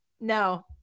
No